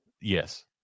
Yes